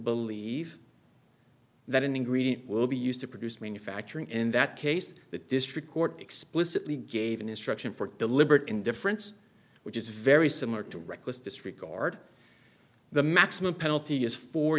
believe that an ingredient will be used to produce manufacturing in that case the district court explicitly gave an instruction for deliberate indifference which is very similar to reckless disregard the maximum penalty is four